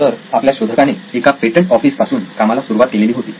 तर आपल्या शोधकाने एका पेटंट ऑफिस पासून कामाला सुरुवात केलेली होती